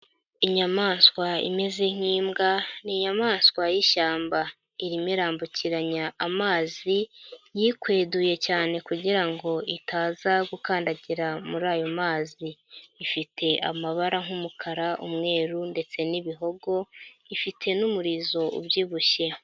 Inyamaswa imeze nk'imbwa ni inyamaswa y'ishyamba, irimo irambukiranya amazi yikweduye cyane kugira ngo itaza gukandagira muri ayo mazi, ifite amabara nk'umukara, umweru ndetse n'ibihogo, ifite n'umurizo ubyibushye.